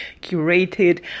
curated